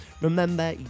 remember